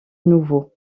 nouveaux